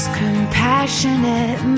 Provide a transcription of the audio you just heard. compassionate